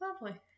lovely